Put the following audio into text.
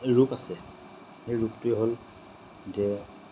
ৰূপ আছে সেই ৰূপটোৱেই হ'ল যে